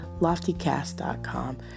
LoftyCast.com